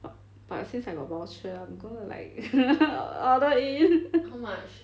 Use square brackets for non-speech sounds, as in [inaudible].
b~ but since I got voucher I'm gonna like order in [laughs]